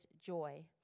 joy